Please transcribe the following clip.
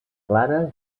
clara